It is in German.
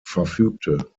verfügte